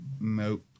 Nope